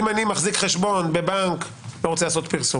אם אני מחזיק חשבון בבנק א',